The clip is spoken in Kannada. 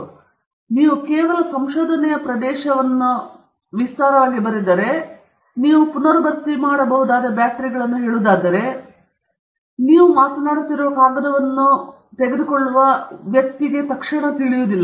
ಆದ್ದರಿಂದ ನೀವು ಕೇವಲ ಸಂಶೋಧನೆಯ ಪ್ರದೇಶವನ್ನು ಬರೆಯಿದರೆ ನೀವು ಪುನರ್ಭರ್ತಿ ಮಾಡಬಹುದಾದ ಬ್ಯಾಟರಿಗಳನ್ನು ಹೇಳುವುದಾದರೆ ನೀವು ಮಾತನಾಡುತ್ತಿರುವ ಕಾಗದವನ್ನು ತೆಗೆದುಕೊಳ್ಳುವ ವ್ಯಕ್ತಿಯನ್ನು ತಕ್ಷಣವೇ ತಿಳಿಸುವುದಿಲ್ಲ